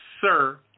sir